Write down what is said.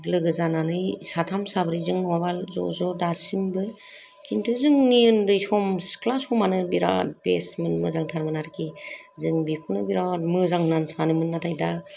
लोगो जानानै साथाम साब्रैजों नङाबा ज' ज' दासिमबो किन्तु जोंनि ओन्दै सम सिख्ला समानो बिरात बेस्टमोन मोजांथारमोन आरो कि जों बेखौनो बिरात मोजां होननानै सानोमोन नाथाय दा